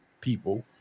people